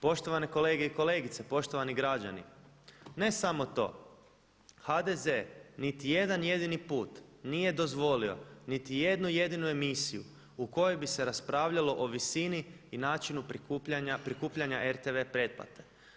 Poštovane kolege i kolegice, poštovani građani, ne samo to, HDZ niti jedan jedini put nije dozvolio niti jednu jedinu emisiju u kojoj bi se raspravljalo o visini i načinu prikupljanja RTV pretplate.